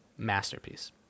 Masterpiece